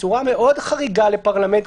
בצורה מאוד חריגה לפרלמנט,